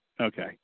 okay